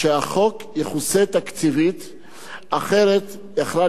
אחרת יכלה להיות תוצאה של הצעת חוק,